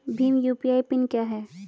Bhim UPI PIN क्या है?